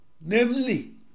Namely